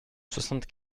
soixante